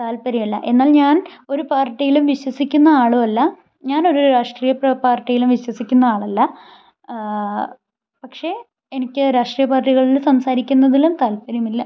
താല്പര്യമില്ല എന്നാൽ ഞാൻ ഒരു പാർട്ടിയിലും വിശ്വസിക്കുന്ന ആളുമല്ല ഞാൻ ഒരു രാഷ്ട്രീയ പാർട്ടിയിലും വിശ്വസിക്കുന്ന ആളല്ല പക്ഷേ എനിക്ക് രാഷ്ട്രീയ പാർട്ടികളിൽ സംസാരിക്കുന്നതിലും താല്പര്യമില്ല